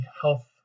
health